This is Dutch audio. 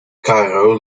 caïro